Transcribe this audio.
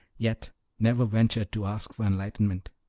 yet never ventured to ask for enlightment!